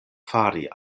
fari